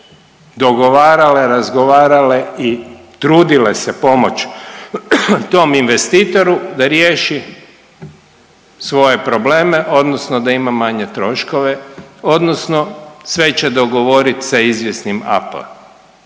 dogovarale, razgovarale i trudile se pomoći tom investitoru da riješi svoje probleme odnosno da ima manje troškove odnosno sve će dogovoriti sa izvjesnim AP.